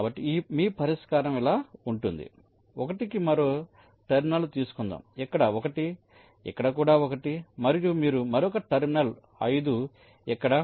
కాబట్టి మీ పరిష్కారం ఇలా ఉంటుంది 1 కి మరో టెర్మినల్ తీసుకుందాం ఇక్కడ 1 ఇక్కడ కూడా 1 మరియు మీరు మరొక టెర్మినల్ 5 ఇక్కడ